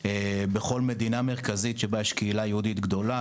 בכל מדינה מרכזית שבה יש קהילה יהודית גדולה,